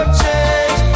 change